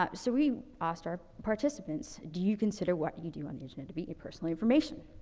um so we asked our participants, do you consider what you do on the internet to be your personal information?